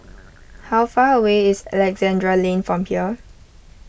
how far away is Alexandra Lane from here